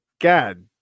God